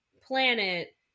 planet